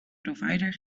provider